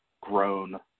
grown